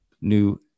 New